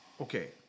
Okay